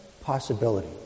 possibility